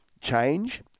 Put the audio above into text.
change